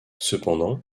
cependant